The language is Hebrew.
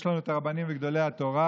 יש לנו את הרבנים וגדולי התורה,